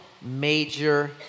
major